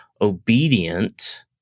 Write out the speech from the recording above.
obedient